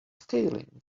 scaling